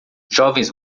jovens